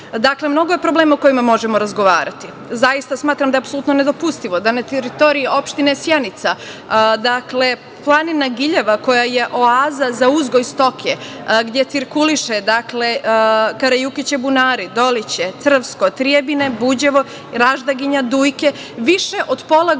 suočavaju. Mnogo je problema o kojima možemo razgovarati. Zaista smatram da je apsolutno nedopustivo da na teritoriji opštine Sjenica, planina Giljeva koja je oaza za uzgoj stoke, gde cirkuliše Karajukića Bunari, Doliće, Crvsko, Trijebine, Buđevo, Raždaginja, Dujke više od pola godine